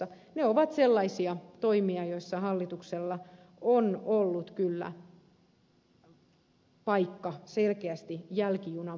ne ovat sellaisia toimia joissa hallituksella on ollut kyllä paikka selkeästi jälkijunavaunussa